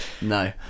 No